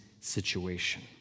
situation